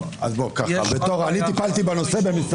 אני טיפלתי בנושא במשרד הדתות.